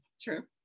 true